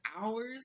hours